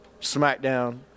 SmackDown